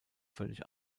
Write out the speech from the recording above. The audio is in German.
völlig